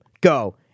go